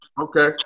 Okay